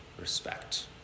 respect